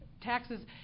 taxes